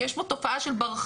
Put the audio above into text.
כי יש פה תופעה של ברחנות,